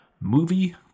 movie